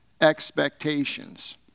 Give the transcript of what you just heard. expectations